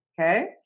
okay